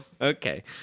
Okay